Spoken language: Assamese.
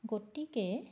গতিকে